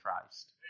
Christ